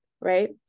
right